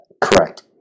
Correct